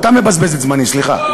אתה מבזבז את זמני, סליחה.